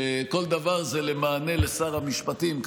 שכל דבר זה למענה לשר המשפטים.